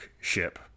ship